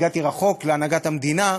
הגעתי רחוק, להנהגת המדינה,